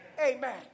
Amen